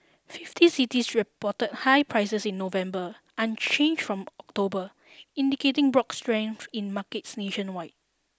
fifty cities reported higher prices in November unchanged from October indicating broad strength in markets nationwide